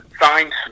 signed